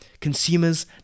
consumers